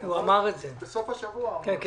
הוא אמר את זה בסוף שבוע שעבר.